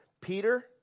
Peter